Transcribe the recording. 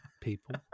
people